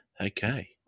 Okay